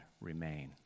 remain